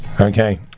Okay